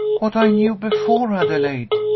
what i knew before, adelaide.